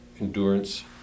endurance